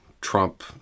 Trump